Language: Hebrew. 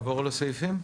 נעבור לסעיפים.